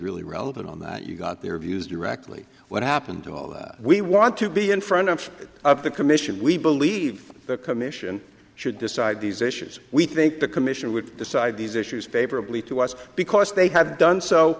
really relevant on that you've got their views directly what happened to all that we want to be in front of the commission we believe the commission should decide these issues we think the commission would decide these issues favorably to us because they have done so